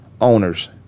owners